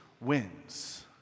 wins